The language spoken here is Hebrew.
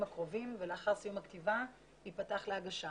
הקרובים ולאחר סיום הכתיבה ייפתח להגשה.